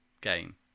game